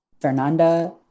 Fernanda